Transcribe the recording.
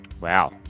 Wow